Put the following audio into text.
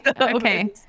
okay